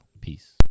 Peace